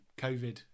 COVID